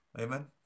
Amen